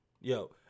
yo